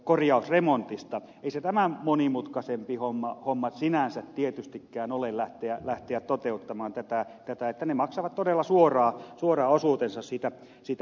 ei se tämän monimutkaisempi homma sinänsä tietystikään ole lähteä toteuttamaan tätä että he maksavat todella suoraan osuutensa siitä urakasta